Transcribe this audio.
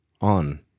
on